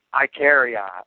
Icaria